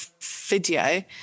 video